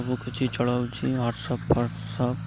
ସବୁୁକିଛି ଚଲଉଛି ହ୍ୱାଟସଅପ ଫ୍ୱାଟସଅପ